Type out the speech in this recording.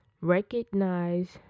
Recognize